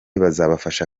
bazabafasha